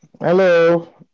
Hello